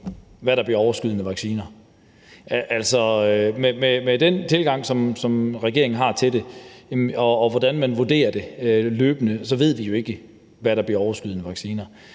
hvad der bliver af overskydende vacciner. Altså, med den tilgang, som regeringen har til det, og i forhold til hvordan man vurderer det løbende, ved vi jo ikke, hvad der bliver af overskydende vacciner.